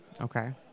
Okay